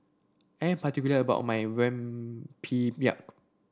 I am particular about my Rempeyek